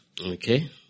Okay